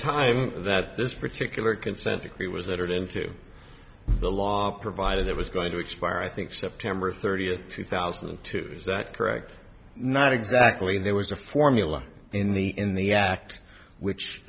time that this particular consent decree was that into the law provided it was going to expire i think september thirtieth two thousand and two zach correct not exactly there was a formula in the in the act which